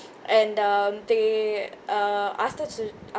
and um they uh asked us to